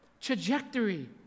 trajectory